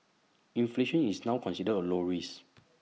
inflation is now considered A low risk